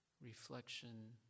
reflection